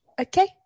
Okay